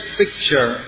picture